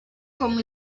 como